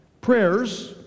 Prayers